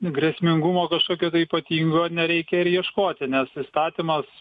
grėsmingumo kažkokio tai ypatingo nereikia ir ieškoti nes įstatymas